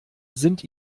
sind